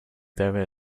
there